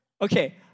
Okay